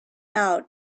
out